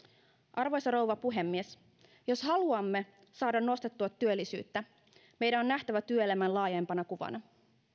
arvoisa rouva puhemies jos haluamme saada nostettua työllisyyttä meidän on nähtävä työelämä laajempana kuvana